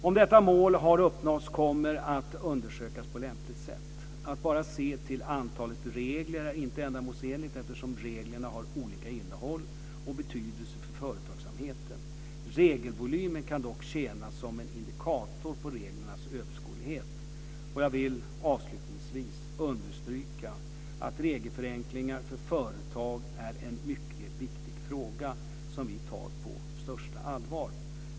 Om detta mål har uppnåtts kommer att undersökas på lämpligt sätt. Att bara se till antalet regler är inte ändamålsenligt eftersom reglerna har olika innehåll och betydelse för företagsamheten. Regelvolymen kan dock tjäna som en indikator på reglernas överskådlighet. Jag vill avslutningsvis understryka att regelförenklingar för företag är en mycket viktig fråga som vi tar på största allvar.